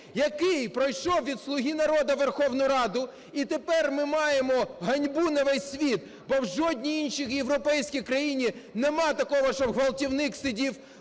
який пройшов від "Слуги народу" в Верховну Раду, і тепер ми маємо ганьбу на весь світ, бо в жодній іншій європейській країні нема такого, щоб ґвалтівник сидів